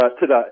today